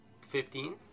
Fifteen